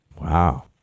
Wow